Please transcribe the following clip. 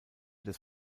des